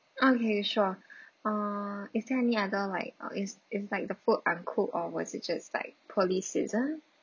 okay sure uh is there any other like uh is is like the food uncooked or was it just like poorly seasoned